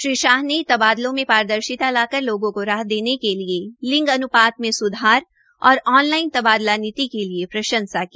श्रीशाह ने तबादलों में पारदर्शिता लाकर लोगों को राह देने के लिए लिंग अन्पात में स्धार और ऑनलाइन तबादला नीति के लिए प्रंशसा की